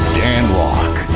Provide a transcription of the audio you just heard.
dan lok.